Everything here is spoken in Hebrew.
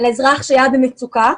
אזרח שהיה במצוקה,